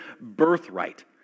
birthright